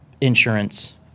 Insurance